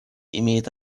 имеет